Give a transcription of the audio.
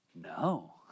no